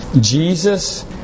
Jesus